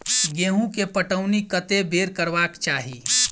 गेंहूँ केँ पटौनी कत्ते बेर करबाक चाहि?